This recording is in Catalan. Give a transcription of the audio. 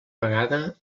vegada